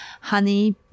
Honey